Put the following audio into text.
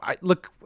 Look